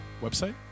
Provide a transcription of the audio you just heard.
website